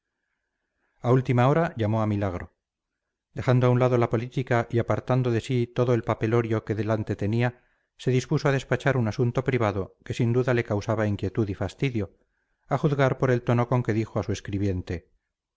a última hora llamó a milagro dejando a un lado la política y apartando de sí todo el papelorio que delante tenía se dispuso a despachar un asunto privado que sin duda le causaba inquietud y fastidio a juzgar por el tono con que dijo a su escribiente